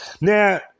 Now